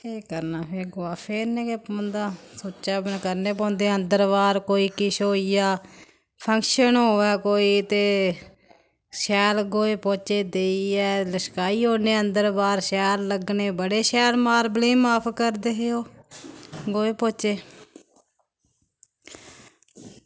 केह् करना फिर गोहा फेरने गै पौंदा सुच्चा अपने करने पौंदे अंदर बाह्र कोई किश होई जा फंक्शन होऐ कोई ते शैल गोहे पौह्चे देइयै लशकाई ओड़ने अंदर बाह्र शैल लग्गने बड़े शैल मार्बलें गी माफ करदे हे ओह् गोहे पौह्चे